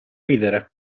ridere